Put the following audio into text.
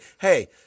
hey